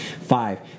Five